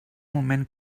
moment